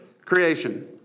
Creation